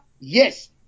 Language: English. Yes